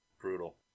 Brutal